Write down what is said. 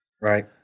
Right